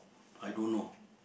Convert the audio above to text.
I don't know